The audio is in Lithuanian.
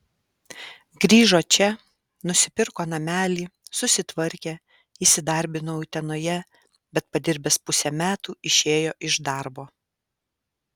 grįžo čia nusipirko namelį susitvarkė įsidarbino utenoje bet padirbęs pusę metų išėjo iš darbo